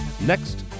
Next